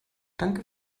danke